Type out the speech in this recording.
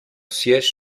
siège